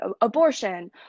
abortion